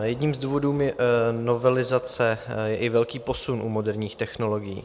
Jedním z důvodů novelizace je i velký posun u moderních technologií.